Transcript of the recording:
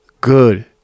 good